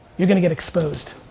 you're gonna get exposed.